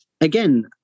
again